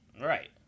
right